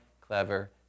clever